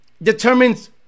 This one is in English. determines